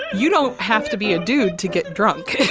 you don't have to be a dude to get drunk.